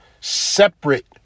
separate